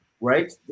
right